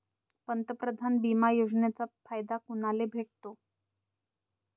पंतप्रधान बिमा योजनेचा फायदा कुनाले भेटतो?